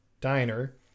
diner